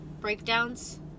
Breakdowns